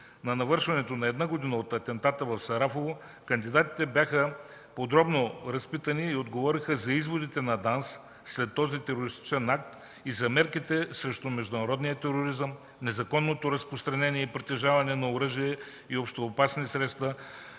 на навършването на една година от атентата в Сарафово кандидатите бяха подробно разпитани и отговориха за изводите на ДАНС след този терористичен акт и за мерките срещу международния тероризъм, незаконното разпространение и притежаване на оръжие и общоопасни средства,